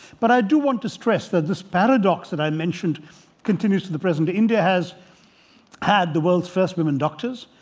but i do want to stress that this paradox that i mentioned continues to the present. india has had the world's first women doctors.